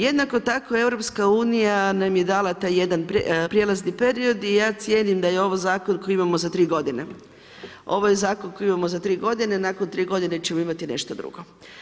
Jednako tako EU nam je dala taj jedan prijelazni period i ja cijenim da je ovo zakon koji imamo za 3 godine. ovo je zakon koji imamo za 3 godine, nakon 3godine ćemo imati nešto drugo.